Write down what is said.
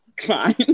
fine